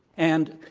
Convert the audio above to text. and,